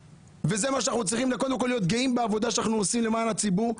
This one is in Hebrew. אנחנו קודם כול צריכים להיות גאים בעבודה שאנחנו עושים למען הציבור.